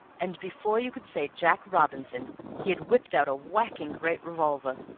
and before you could say jack robinson he had whipped out a whacking great revolver!